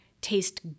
taste